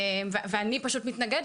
ואני פשוט מתנגדת.